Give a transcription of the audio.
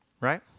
right